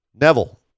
Neville